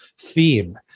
theme